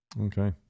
Okay